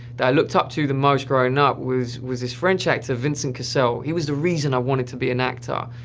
that i looked up to the most growing up was was this french actor, vincent cassel, he was the reason i wanted to be an actor.